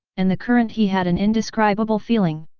and the current he had an indescribable feeling.